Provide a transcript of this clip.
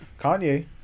Kanye